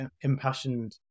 impassioned